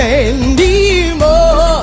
anymore